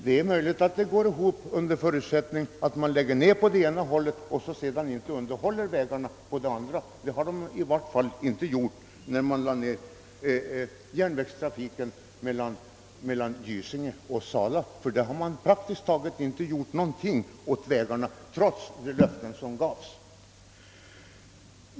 Det är möjligt att resonemanget går ihop under för utsättning att man lägger ned verksamheten helt och inte underhåller bandelen och samtidigt i stället förbättrar vägarna på motsvarande sträcka, men det har man i varje fall inte gjort då man lade ned järnvägstrafiken på bandelen mellan Gysinge och Sala — där har man praktiskt taget inte gjort någonting åt vägarna trots de löften som gavs.